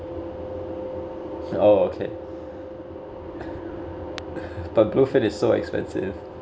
oh okay but blue fin is so expensive